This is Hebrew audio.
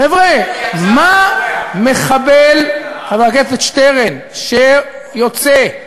חבר'ה, מה מחבל, חבר הכנסת שטרן, אשר יוצא,